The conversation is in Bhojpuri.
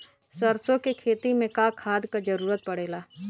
सरसो के खेती में का खाद क जरूरत पड़ेला?